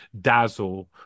dazzle